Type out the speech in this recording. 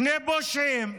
שני פושעים.